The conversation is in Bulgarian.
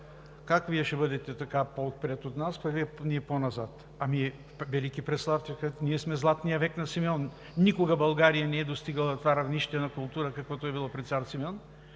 Как Вие ще бъдете по-отпред от нас, а ние по-назад?!“ Ами великипреславци, ако кажат: „Ние сме Златният век на Симеон! Никога България не е достигала това равнище на култура, каквото е било при цар Симеон,